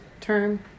term